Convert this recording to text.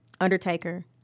Undertaker